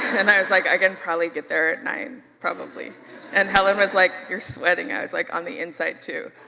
and i was like, i can probably get there at nine, probably and helen was like, you're sweating, i was like, on the inside too.